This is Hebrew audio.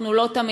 אנחנו לא תמיד,